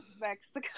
Mexico